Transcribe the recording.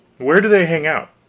where do they hang out?